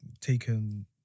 taken